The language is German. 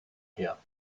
her